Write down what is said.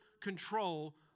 control